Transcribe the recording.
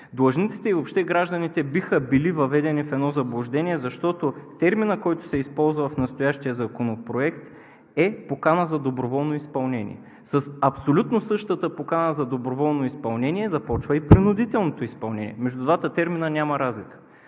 Длъжниците и въобще гражданите биха били въведени в едно заблуждение, защото терминът, който се използва в настоящия законопроект, е покана за доброволно изпълнение. С абсолютно същата покана за доброволно изпълнение започва и принудителното изпълнение – между двата термина няма разлика.